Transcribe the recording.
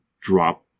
drop